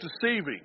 deceiving